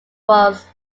was